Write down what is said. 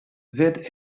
wird